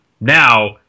Now